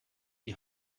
die